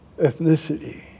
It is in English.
ethnicity